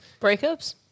Breakups